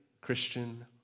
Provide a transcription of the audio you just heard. Christian